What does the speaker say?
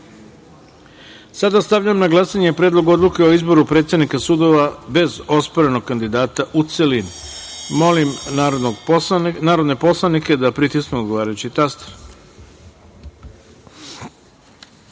Ivanjici. Stavljam na glasanje Predlog odluke o izboru predsednika sudova bez osporenog kandidata, u celini. Molim narodne poslanike da pritisnu odgovarajući